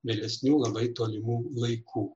vėlesnių labai tolimų laikų